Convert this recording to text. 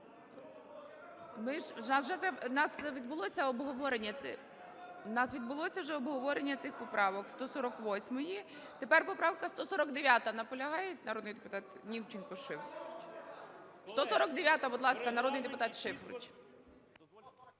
У нас відбулося вже обговорення цих поправок, 148-ї… Тепер поправка 149. Наполягає народний депутат Німченко, Шуфрич? 149-а. Будь ласка, народний депутат Шуфрич.